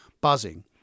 buzzing